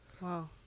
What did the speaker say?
wow